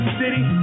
city